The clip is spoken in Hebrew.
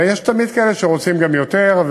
ויש תמיד כאלה שרוצים יותר,